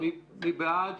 מי בעד?